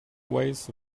ways